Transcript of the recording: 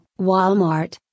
Walmart